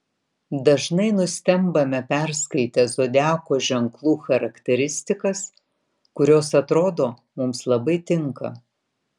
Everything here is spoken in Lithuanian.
dažnai nustembame perskaitę zodiako ženklų charakteristikas kurios atrodo mums labai tinka